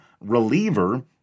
reliever